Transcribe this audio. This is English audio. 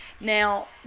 Now